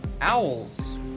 owls